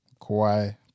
Kawhi